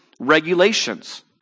regulations